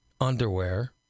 underwear